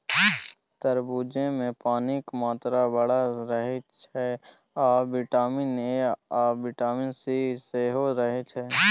तरबुजामे पानिक मात्रा बड़ रहय छै आ बिटामिन ए आ बिटामिन सी सेहो रहय छै